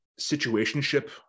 situationship